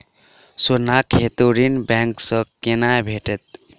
सोनाक हेतु ऋण बैंक सँ केना भेटत?